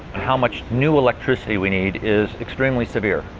how much new electricity we need, is extremely severe.